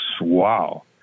Wow